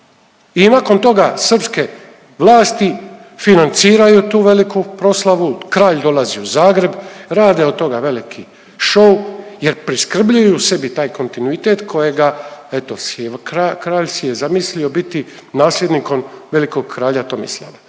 i nakon toga srpske vlasti financiraju tu veliku proslavu, kralj dolazi u Zagreb, rade od toga veliki šou jer priskrbljuju sebi taj kontinuitet kojega eto si je, kralj si je zamislio biti nasljednikom velikog kralja Tomislava.